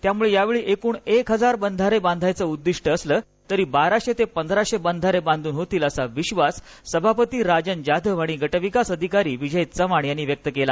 त्यामुळे यावेळी एकूण एक हजार बंधारे बांधायचे उद्विष्ट असलं तरी बाराशे ते पंधराशे बंधारे बांधून होतील असा विधास सभापती राजन जाधव आणि गट विकास अधिकारी विजय चव्हाण यांनी व्यक्त केला